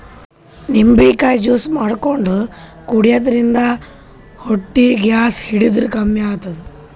ನಿಂಬಿಕಾಯಿ ಜ್ಯೂಸ್ ಮಾಡ್ಕೊಂಡ್ ಕುಡ್ಯದ್ರಿನ್ದ ಹೊಟ್ಟಿ ಗ್ಯಾಸ್ ಹಿಡದ್ರ್ ಕಮ್ಮಿ ಆತದ್